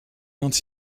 quand